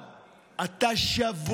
אני אתן